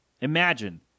imagine